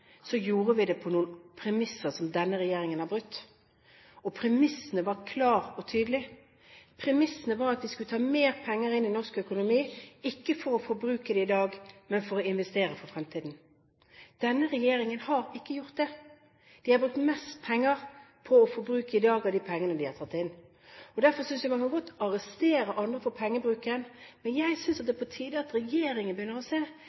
gjorde vi det på noen premisser som denne regjeringen har brutt. Premissene var klare og tydelige, premissene var at vi skulle ta mer penger inn i norsk økonomi, ikke for å forbruke dem i dag, men for å investere dem i fremtiden. Denne regjeringen har ikke gjort det. De har brukt mest av de pengene de har tatt inn, på å forbruke i dag. Derfor synes jeg godt man kan arrestere andre for pengebruken. Men jeg synes det er på tide at regjeringen begynner å se